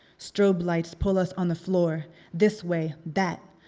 strobe lights pull us on the floor this way, that.